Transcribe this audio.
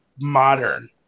modern